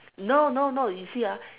no no no you see ah